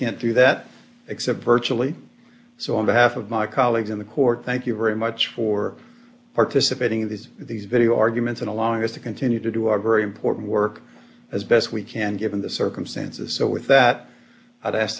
can't do that except virtually so on behalf of my colleagues in the court thank you very much for participating in these these video arguments and allowing us to continue to do our very important work as best we can given the circumstances so with that i'd ask